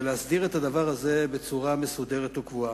ונסדיר את הדבר הזה בצורה מסודרת וקבועה.